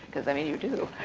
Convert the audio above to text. because, i mean, you do.